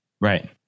Right